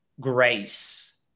grace